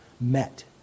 met